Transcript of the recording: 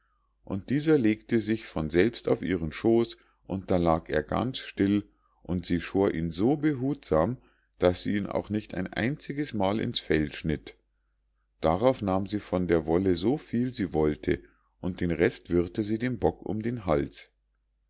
und dieser legte sich von selbst auf ihren schoß und da lag er ganz still und sie schor ihn so behutsam daß sie ihn auch nicht ein einziges mal ins fell schnitt darauf nahm sie von der wolle so viel sie wollte und den rest wirrte sie dem bock um den hals